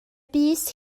bys